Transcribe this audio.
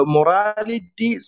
Morality